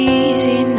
easy